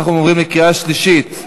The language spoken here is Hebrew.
אנחנו עוברים לקריאה שלישית.